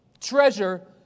treasure